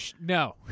No